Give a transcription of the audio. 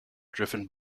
driven